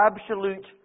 absolute